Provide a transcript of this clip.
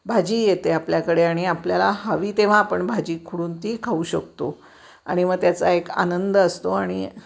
भाजी येते आपल्याकडे आणि आपल्याला हवी तेव्हा आपण भाजी खुडून ती खाऊ शकतो आणि मग त्याचा एक आनंद असतो आणि